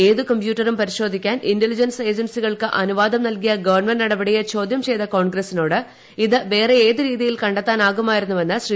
ഏതു കമ്പ്യൂട്ടറും പരിശോധിക്കാൻ ഇന്റലിജൻസ് ഏജൻസികൾക്ക് അനുവാദം നൽകിയ ഗവൺമെന്റ് നടപടിയെ ചോദ്യം ചെയ്ത കോൺഗ്രസിനോട് ഇത് വേറെ ഏതു രീതിയിൽ കണ്ടെത്താനാകുമായിരുന്നെന്ന് ശ്രീ